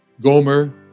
Gomer